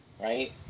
right